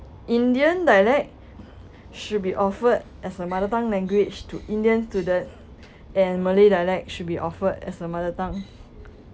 indian dialect should be offered as s mother tongue language to indian students and malay dialect should be offered as a mother tongue